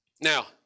Now